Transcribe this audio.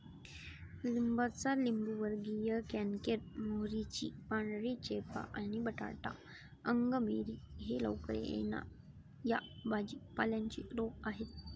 लिंबाचा लिंबूवर्गीय कॅन्कर, मोहरीची पांढरी चेपा आणि बटाटा अंगमेरी हे लवकर येणा या भाजी पाल्यांचे रोग आहेत